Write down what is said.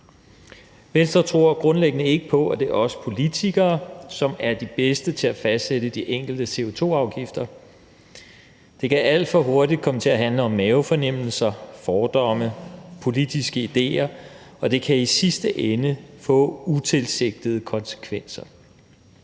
Venstre tror grundlæggende ikke på, at det er os politikere, som er de bedste til at fastsætte de enkelte CO2-afgifter. Det kan alt for hurtigt komme til at handle om mavefornemmelser, fordomme, politiske idéer, og det kan i sidste ende få utilsigtede konsekvenser.